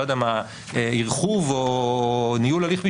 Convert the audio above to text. לא יודע מה ארכוב או ניהול הליך משפטי,